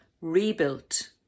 rebuilt